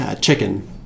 chicken